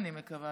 מתחת